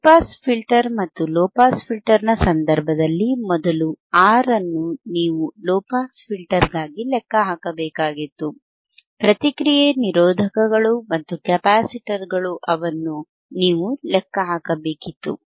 high pass filter ಮತ್ತು low pass filter ನ ಸಂದರ್ಭದಲ್ಲಿ ಮೊದಲು R ಅನ್ನು ನೀವು ಲೊ ಪಾಸ್ ಫಿಲ್ಟರ್ ಗಾಗಿ ಲೆಕ್ಕ ಹಾಕಬೇಕಾಗಿತ್ತು ಪ್ರತಿಕ್ರಿಯೆ ನಿರೋಧಕಗಳು ಮತ್ತು ಕೆಪಾಸಿಟರ್ ಗಳು ಅವನ್ನು ನೀವು ಲೆಕ್ಕ ಹಾಕಬೇಕಾಗಿತ್ತು